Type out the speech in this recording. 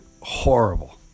horrible